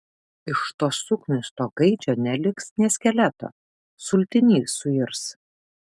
iš to suknisto gaidžio neliks nė skeleto sultiny suirs